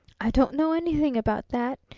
i don't know anything about that,